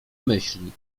myśli